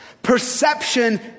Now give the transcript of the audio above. Perception